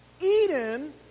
eden